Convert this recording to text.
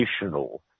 additional